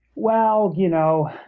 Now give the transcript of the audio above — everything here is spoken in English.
well, you know,